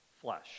flesh